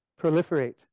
proliferate